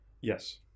Yes